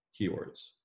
keywords